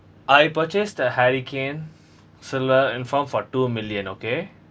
I purchased a hurricane silver in front for two million okay